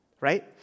right